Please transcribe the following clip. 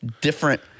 different